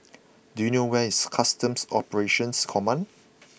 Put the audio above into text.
do you know where is Customs Operations Command